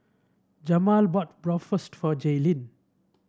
Jamel bought Bratwurst for Jaylin